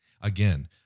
again